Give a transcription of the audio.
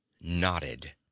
nodded